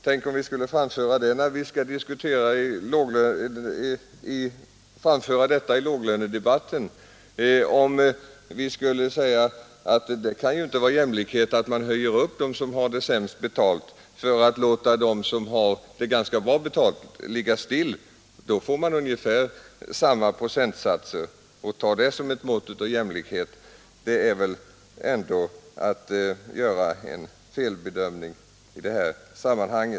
Tänk om vi i låglönedebatten framställde saken så att det inte kan vara jämlikhet att höja lönerna för de sämst betalda och låta dem som har goda inkomster ligga still, utan att lönerna i stället skulle höjas med ungefärligen samma procentsatser. Det är väl ändå fråga om en felbedömning av jämlikheten i detta sammanhang.